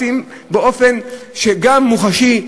באופן שהוא גם מוחשי,